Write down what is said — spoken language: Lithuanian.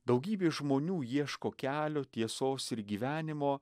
daugybė žmonių ieško kelio tiesos ir gyvenimo